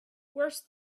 worse